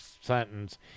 sentence